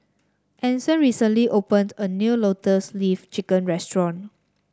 Anson recently opened a new Lotus Leaf Chicken restaurant